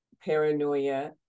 paranoia